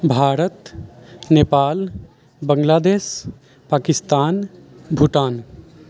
Bharat Nepal Bangladesh Pakistan Bhutan